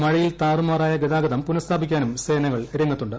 മഴയിൽ താറുമാറായ ഗതാഗതം പുനഃസ്ഥാപിക്കാനും സേനകൾ രംഗത്തുണ്ട്